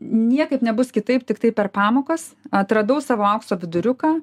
niekaip nebus kitaip tiktai per pamokas atradau savo aukso viduriuką